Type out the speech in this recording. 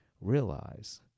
realize